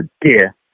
dear